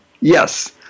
yes